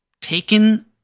taken